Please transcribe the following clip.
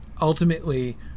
Ultimately